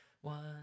one